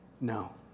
No